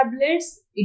tablets